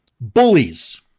bullies